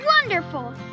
wonderful